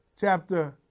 chapter